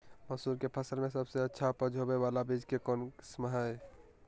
मसूर के फसल में सबसे अच्छा उपज होबे बाला बीज के कौन किस्म हय?